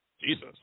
Jesus